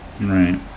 right